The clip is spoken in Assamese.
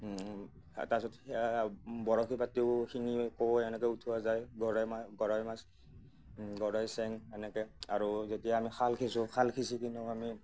এটা যদি বৰশী পাতিও শিঙি কাৱৈ এনেকৈ উঠোৱা যায় গৰৈ মাছ গৰৈ মাছ গৰৈ চেং এনেকৈ আৰু যেতিয়া আমি খাল সিঁচো খাল সিঁচি কিনেও আমি